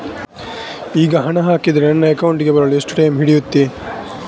ಈಗ ಹಣ ಹಾಕಿದ್ರೆ ನನ್ನ ಅಕೌಂಟಿಗೆ ಬರಲು ಎಷ್ಟು ಟೈಮ್ ಹಿಡಿಯುತ್ತೆ?